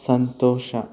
ಸಂತೋಷ